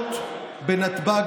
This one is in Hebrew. שהתקנות על נתב"ג,